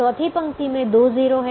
चौथी पंक्ति में दो 0 हैं